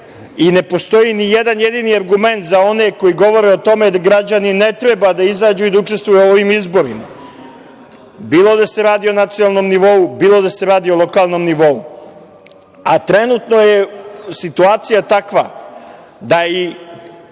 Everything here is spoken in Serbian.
i ne postoji nijedan jedini argument za one koji govore o tome da građani ne treba da izađu i da učestvuju u ovim izborima, bilo da se radi o nacionalnom nivou, bilo da se radi o lokalnom nivou. Trenutno je situacija takva da i